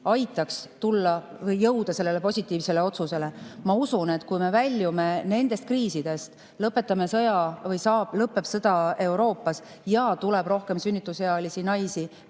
aitaks jõuda positiivsele otsusele. Ma usun, et kui me väljume nendest kriisidest, lõpetame sõja või lõpeb sõda Euroopas ja tuleb rohkem sünnitusealisi naisi